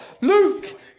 Luke